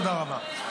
תודה רבה.